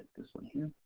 this one here.